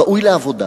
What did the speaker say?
ראוי לעבודה,